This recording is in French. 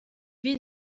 vit